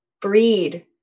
breed